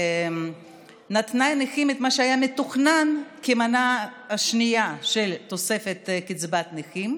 שנתנה לנכים את מה שהיה מתוכנן כמנה השנייה של תוספת קצבת נכים,